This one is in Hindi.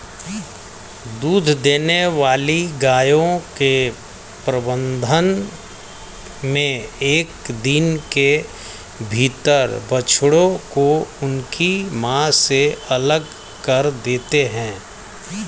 दूध देने वाली गायों के प्रबंधन मे एक दिन के भीतर बछड़ों को उनकी मां से अलग कर देते हैं